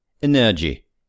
Energy